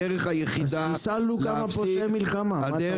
אז חיסלנו כמה פושעי מלחמה, מה אתה רוצה.